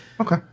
Okay